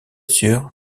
sur